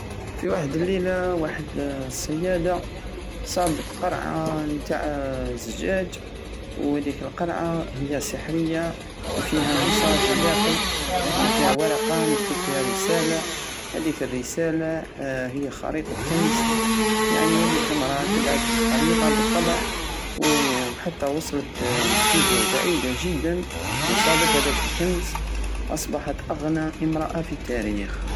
في واحد اليلة واحد الصيادة صابت قرعة نتع الزداج وهاديك القرعةة هي سحرية وفيها ميساج لداخل يعني فيها ورقة مكتوب فيها رسالة هاديك الرسالة هي خريطة كنز يعني هاديك لمرى تبعت الخريطة بالطبع وحتى وصلت لجزر بعيدة جدا وصابت هداك الكنز واصبحت أغنى إمرأة في التاريخ